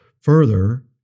Further